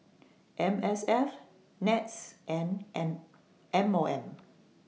M S F Nets and N M O M